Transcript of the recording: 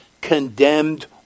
condemned